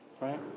Right